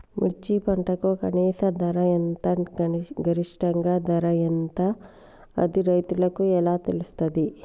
మిర్చి పంటకు కనీస ధర ఎంత గరిష్టంగా ధర ఎంత అది రైతులకు ఎలా తెలుస్తది?